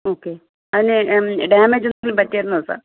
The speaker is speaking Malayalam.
ഓക്കെ അതിന് ഡാമേജ് എന്തെങ്കിലും പറ്റിയിരുന്നോ സാർ